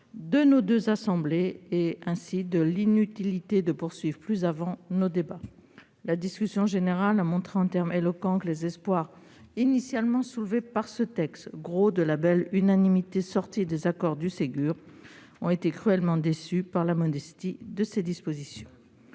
de nos deux assemblées et, ainsi, de l'inutilité de poursuivre plus avant nos débats. La discussion générale a montré en termes éloquents que les espoirs initialement soulevés par ce texte, gros de la belle unanimité sortie des accords du Ségur, ont été cruellement déçus par la modestie de ses dispositions.